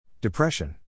Depression